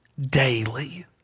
daily